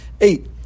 eight